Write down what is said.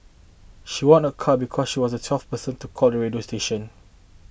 she won a car because she was the twelfth person to call the radio station